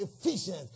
efficient